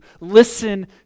listen